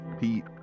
pete